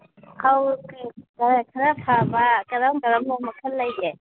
ꯐꯧꯁꯦ ꯈꯔꯥ ꯐꯕ ꯀꯔꯝ ꯀꯔꯝꯕ ꯃꯈꯜ ꯂꯩꯕꯒꯦ